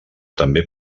també